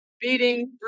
beating